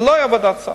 לא היתה ועדת סל,